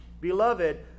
beloved